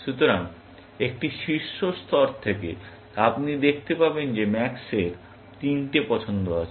সুতরাং একটি শীর্ষ স্তর থেকে আপনি দেখতে পাবেন যে ম্যাক্সের তিনটি পছন্দ আছে